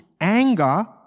anger